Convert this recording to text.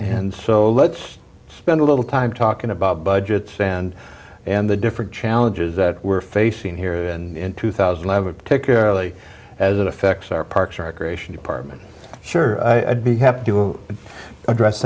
and so let's spend a little time talking about budgets and the different challenges that we're facing here in two thousand level particularly as it affects our parks recreation department sure i'd be happy to address